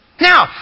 Now